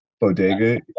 bodega